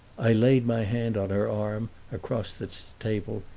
i laid my hand on her arm, across the table,